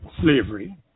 slavery